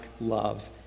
love